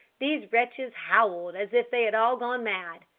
these wretches howled as if they had all gone mad.